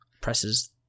presses